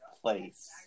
place